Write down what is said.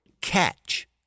catch